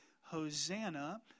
Hosanna